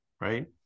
right